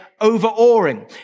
overawing